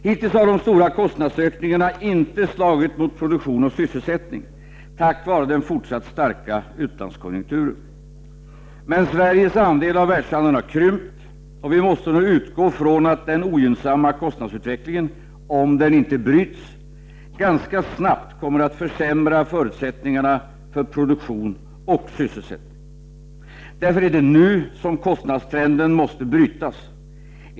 Hittills har de stora kostnadsökningarna inte slagit mot produktion och sysselsättning tack vare den fortsatt starka utlandskonjunkturen. Men Sveriges andel av världshandeln har krympt, och vi måste nu utgå från att den ogynnsamma kostnadsutvecklingen — om den inte bryts — ganska snabbt kommer att försämra förutsättningarna för produktion och sysselsättning. Därför är det nu som kostnadstrenden måste brytas.